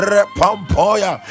Repampoya